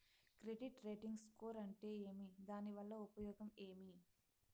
Credit rating score అంటే ఏమి దాని వల్ల ఉపయోగం ఏమి?